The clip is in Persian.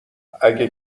اگه